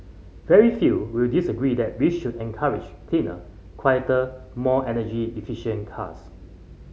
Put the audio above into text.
very few will disagree that we should encourage cleaner quieter more energy efficient cars